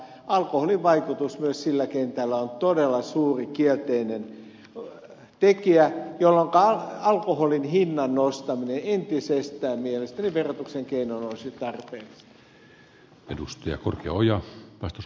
alkoholin vaikutus myös sillä kentällä on todella suuri kielteinen tekijä jolloinka alkoholin hinnan nostaminen entisestään verotuksen keinoin olisi mielestäni tarpeen